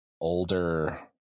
older